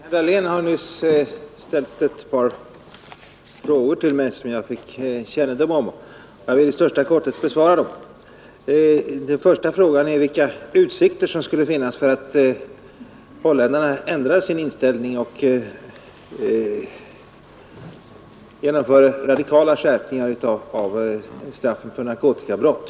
Herr talman! Herr Dahlén har nyss ställt ett par frågor till mig, och jag vill i största korthet besvara dem. Den första frågan är vilka utsikter som skulle finnas för att holländarna ändrar sin inställning och genomför radikala skärpningar av straffen för narkotikabrott.